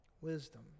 wisdom